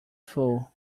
fool